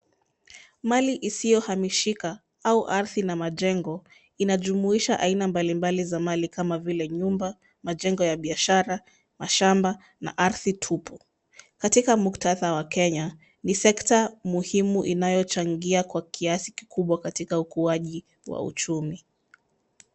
Mali isiyohamishika au ardhi na majengo inajumuisha aina mbalimbali za mali kama vile nyumba, majengo ya biashara, mashamba, na ardhi tupu. Katika muktadha wa Kenya, ni sekta muhimu inayochangia kwa kiasi kikubwa katika ukuaji wa uchumi.